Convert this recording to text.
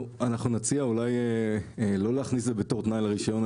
אנחנו נציע אולי לא להכניס את זה בתור תנאי לרישיון,